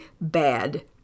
bad